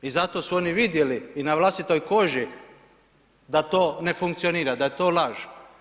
I zato su oni vidjeli i na vlastitoj koži da to ne funkcionira, da je to laž.